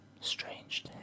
strange